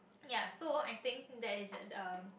ya so I think there is the um